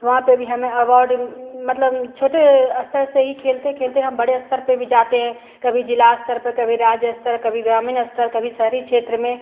वहाँ पर भी हमें अवार्ड मतलब छोटे स्तर से ही खेलते खेलते हम बड़े स्तर पर भी जाते हैं कभी ज़िला स्तर पर कभी राज्य स्तर कभी ग्रामीण स्तर कभी शहरी क्षेत्र में